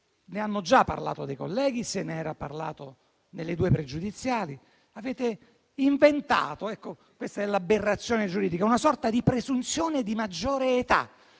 Ne hanno già parlato alcuni colleghi e se ne era parlato nelle due questioni pregiudiziali. Avete inventato - è questa l'aberrazione giuridica - una sorta di presunzione di maggiore età,